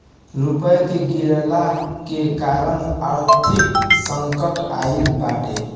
रुपया के गिरला के कारण आर्थिक संकट आईल बाटे